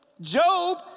Job